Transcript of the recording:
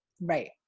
Right